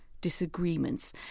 disagreements